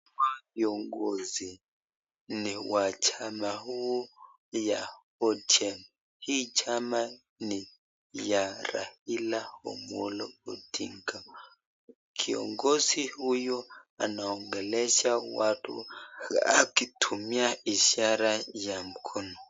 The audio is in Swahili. Viongozi ni wa chama huu ya ODM, hii chama ni ya Raila Amolo Odinga. Kiongozi huyu anaongelesha watu akitumia ishara ya mkono.